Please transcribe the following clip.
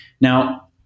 Now